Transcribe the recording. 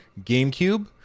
GameCube